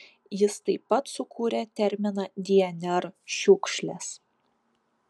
jis taip pat sukūrė terminą dnr šiukšlės